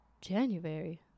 January